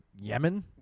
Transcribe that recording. Yemen